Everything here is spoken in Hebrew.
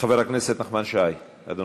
חבר הכנסת נחמן שי, אדוני.